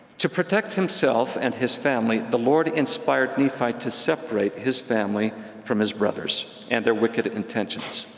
to protect himself and his family, the lord inspired nephi to separate his family from his brothers and their wicked intentions.